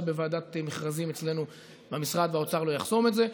בוועדת מכרזים אצלנו במשרד והאוצר לא יחסום את זה,